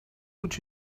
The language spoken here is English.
would